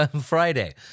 Friday